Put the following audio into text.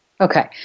Okay